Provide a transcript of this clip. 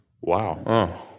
Wow